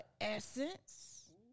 Essence